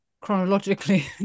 chronologically